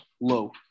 low